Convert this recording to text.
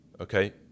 Okay